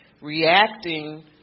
reacting